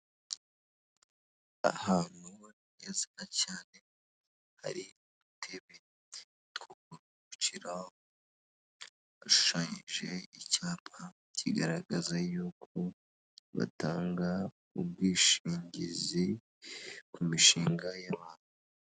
Ahantu heza cyane hari udutebe two kwicaraho hashushanyije icyapa kigaragaza y'uko batanga ubwishingizi ku mishinga y'abantu.